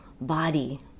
body